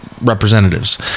Representatives